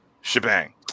shebang